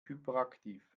hyperaktiv